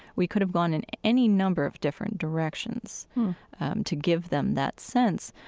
we could've gone in any number of different directions to give them that sense,